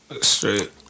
Straight